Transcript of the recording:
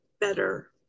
better